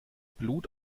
blut